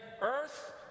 earth